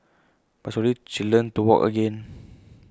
but slowly she learnt to walk again